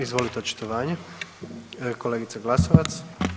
Izvolite očitovanje kolegica Glasovac.